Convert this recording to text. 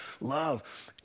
love